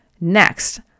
Next